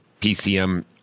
PCM